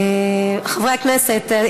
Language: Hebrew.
חברי הכנסת,